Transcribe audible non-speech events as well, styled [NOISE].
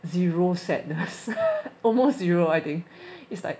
zero sadness [LAUGHS] almost zero I think it's like